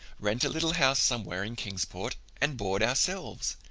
rent a little house somewhere in kingsport, and board ourselves?